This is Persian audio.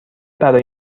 برای